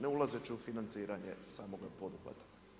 Ne ulazeći u financiranje samoga poduhvata.